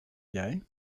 jij